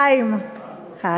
חיים?